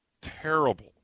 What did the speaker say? terrible